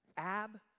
Ab